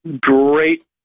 great